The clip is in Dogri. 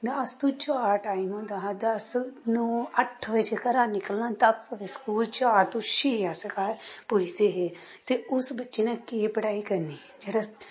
दस तों चार टाइम होंदा हा दस नौ अट्ठ बजे घरा निकलना दस बजे स्कूल चार तो छे अस घर पुजदे हे ते उस बच्चे ने केह् पढ़ाई करनी जेह्ड़ा